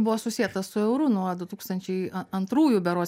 buvo susietas su euru nuo du tūkstančiai a antrųjų berods metų